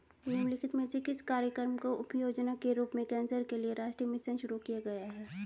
निम्नलिखित में से किस कार्यक्रम को उपयोजना के रूप में कैंसर के लिए राष्ट्रीय मिशन शुरू किया गया है?